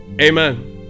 amen